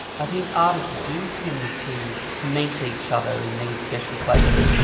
i think artists do tend to meet each other in these special places.